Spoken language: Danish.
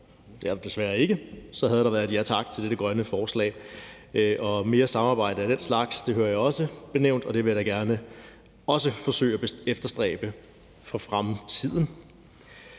det er der desværre ikke, havde der været et ja tak til dette grønne forslag. Jeg hører også nævnt, at der skal være mere samarbejde af den slags, og det vil jeg da gerne også forsøge at efterstræbe fremtid.